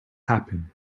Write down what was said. happen